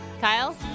Kyle